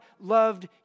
loved